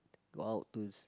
go out to